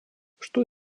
что